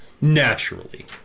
Naturally